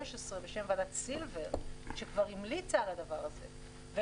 בשם ועדת פילבר שכבר המליצה על הדבר הזה.